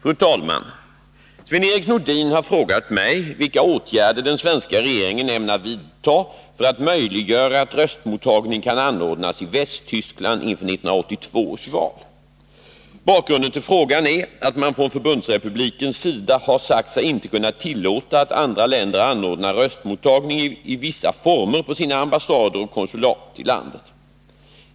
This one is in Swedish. Fru talman! Sven-Erik Nordin har frågat mig vilka åtgärder den svenska regeringen ämnar vidta för att möjliggöra att röstmottagning kan anordnas i Västtyskland inför 1982 års val. Bakgrunden till frågan är att man från Förbundsrepublikens sida har sagt sig inte kunna tillåta att andra länder anordnar röstmottagning i vissa former på sina ambassader och konsulat i landet.